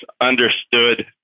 understood